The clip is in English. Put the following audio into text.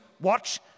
watch